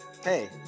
hey